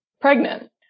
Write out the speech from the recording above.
pregnant